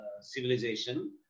civilization